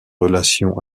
relation